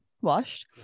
washed